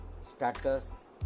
status